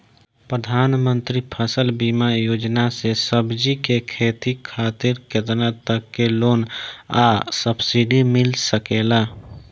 प्रधानमंत्री फसल बीमा योजना से सब्जी के खेती खातिर केतना तक के लोन आ सब्सिडी मिल सकेला?